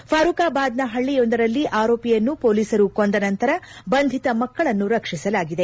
ಫಾರೂಕಾಬಾದ್ನ ಹಳ್ಳಿಯೊಂದರಲ್ಲಿ ಆರೋಪಿಯನ್ನು ಪೋಲಿಸರು ಕೊಂದ ನಂತರ ಬಂಧಿತ ಮಕ್ಕಳನ್ನು ರಕ್ಷಿಸಲಾಗಿದೆ